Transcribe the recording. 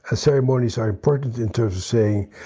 ah ceremonies are important. in terms of, say,